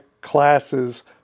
classes